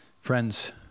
Friends